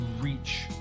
reach